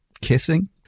Kissing